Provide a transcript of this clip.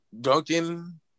Duncan